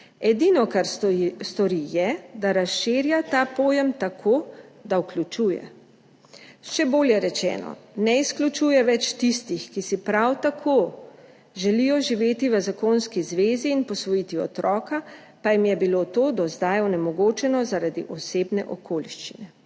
Edino, kar stori, je, da razširja ta pojem tako, da vključuje, še bolje rečeno, ne izključuje več tistih, ki si prav tako želijo živeti v zakonski zvezi in posvojiti otroka, pa jim je bilo to do zdaj onemogočeno zaradi osebne okoliščine.«